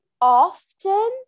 often